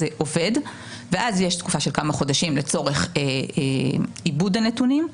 עובד ואז יש תקופה של כמה חודשים לצורך עיבוד הנתונים.